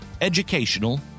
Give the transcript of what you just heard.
educational